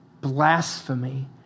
blasphemy